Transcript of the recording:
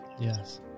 Yes